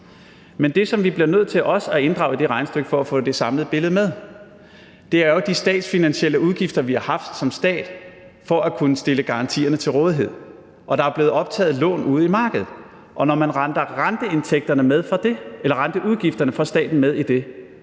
Men det, som vi bliver nødt til også at inddrage i det regnestykke for at få det samlede billede med, er jo de statsfinansielle udgifter, vi har haft som stat for at kunne stille garantierne til rådighed. Der er blevet optaget lån ude i markedet, og når man regner renteudgifterne for staten med i det,